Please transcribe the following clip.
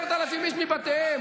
לעקור 10,000 איש מבתיהם,